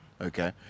okay